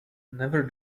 never